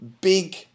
big